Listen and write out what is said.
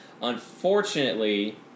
Unfortunately